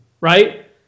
right